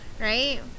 right